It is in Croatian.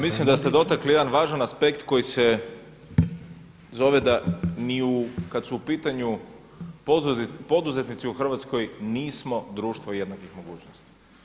Pa mislim da ste dotakli jedan važan aspekt koji se zove da ni u, kada su u pitanju poduzetnici u Hrvatskoj nismo društvo jednakih mogućnosti.